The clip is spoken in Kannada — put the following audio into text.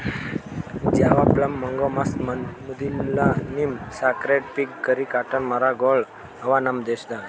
ಜಾವಾ ಪ್ಲಮ್, ಮಂಗೋ, ಮಸ್ತ್, ಮುದಿಲ್ಲ, neem, sacred fig, curry, cotton ಮರ ಗೊಳ್ ಅವಾ ನಮ್ ದೇಶದಾಗ್